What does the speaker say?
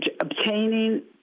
obtaining